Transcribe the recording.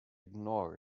ignore